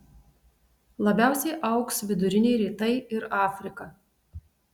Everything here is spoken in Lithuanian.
labiausiai augs viduriniai rytai ir afrika